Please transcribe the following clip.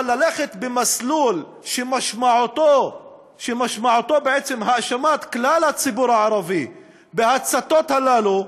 אבל ללכת במסלול שמשמעותו בעצם האשמת כלל הציבור הערבי בהצתות הללו,